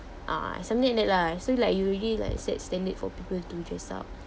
ah something like that lah so like you already like set standards for people to dress up